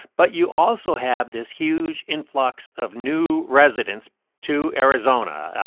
but you also have this huge influx of new residents to arizona.